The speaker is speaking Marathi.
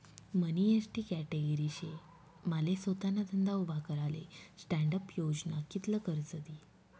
मनी एसटी कॅटेगरी शे माले सोताना धंदा उभा कराले स्टॅण्डअप योजना कित्ल कर्ज दी?